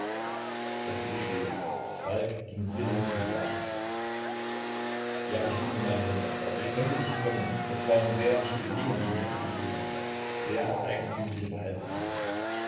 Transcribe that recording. es wurde still falk ging sinnend umher ja ich liebe meine mutter aber ich konnte nicht kommen es waren sehr wichtige dinge die mich zurückhielten sehr eigentümliche verhältnisse